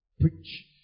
Preach